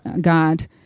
God